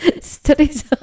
Studies